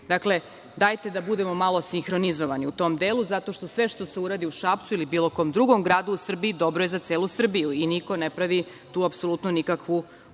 dajte da budemo malo sinhronizovani u tom delu, zato što sve što se uradi u Šapcu ili bilo kom drugom gradu u Srbiji, dobro je za celu Srbiju i niko ne pravi apsolutno nikakvu